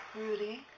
Rudy